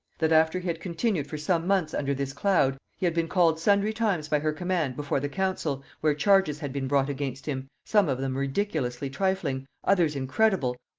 that after he had continued for some months under this cloud, he had been called sundry times by her command before the council, where charges had been brought against him, some of them ridiculously trifling, others incredible,